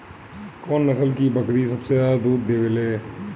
कौन नस्ल की बकरी सबसे ज्यादा दूध देवेले?